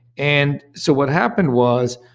and so what happened was,